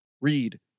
Read